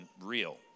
real